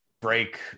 break